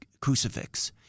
crucifix